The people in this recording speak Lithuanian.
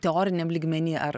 teoriniam lygmeny ar